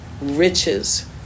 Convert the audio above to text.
riches